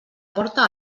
porta